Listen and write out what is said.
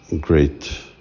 great